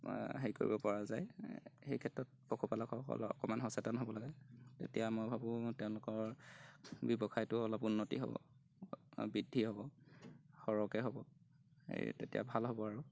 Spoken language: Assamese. হেৰি কৰিব পৰা যায় সেই ক্ষেত্ৰত পশুপালকসকল অকণমান সচেতন হ'ব লাগে তেতিয়া মই ভাবোঁ তেওঁলোকৰ ব্যৱসায়টো অলপ উন্নতি হ'ব বৃদ্ধি হ'ব সৰহকৈ হ'ব এই তেতিয়া ভাল হ'ব আৰু